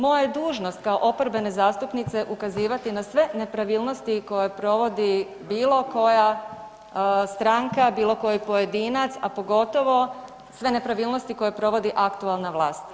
Moja je dužnost kao oporbene zastupnice ukazivati na sve nepravilnosti koje provodi bilo koja stranka, bilo koji pojedinac, a pogotovo sve nepravilnosti koje provodi aktualna vlast.